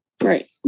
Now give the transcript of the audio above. Right